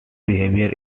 behavior